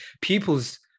pupils